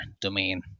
domain